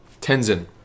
Tenzin